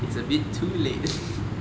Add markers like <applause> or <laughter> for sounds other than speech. it's a bit too late <laughs>